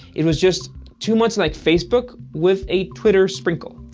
it was just too much like facebook with a twitter sprinkle.